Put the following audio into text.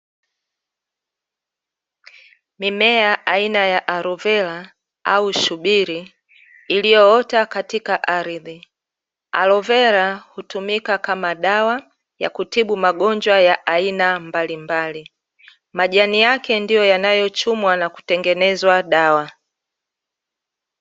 Mimea aina ya alovera au chubiri iliyoota katika ardhi, alovera hutumika kama dawa ya kutibu magonjwa ya aina mbalimbali, majani yake ndio yanayochumwa na kutengenezwa dawa.